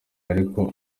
ariko